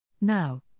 Now